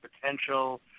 potential